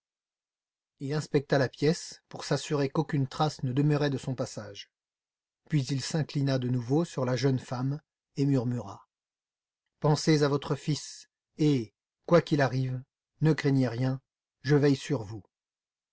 il inspecta la pièce pour s'assurer qu'aucune trace ne demeurait de son passage puis il s'inclina de nouveau sur la jeune femme et murmura pensez à votre fils et quoi qu'il arrive ne craignez rien je veille sur vous